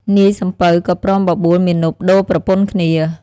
នាយសំពៅក៏ព្រមបបួលមាណពដូរប្រពន្ធគ្នា។